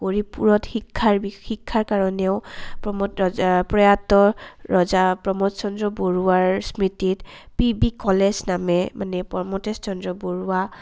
গৌৰীপুৰত শিক্ষাৰ শিক্ষাৰ কাৰণেও প্ৰমোদ ৰজা প্ৰয়াত ৰজা প্ৰমোদ চন্দ্ৰ বৰুৱাৰ স্মৃতিত পি বি কলেজ নামে মানে প্ৰমোতেশ চন্দ্ৰ বৰুৱা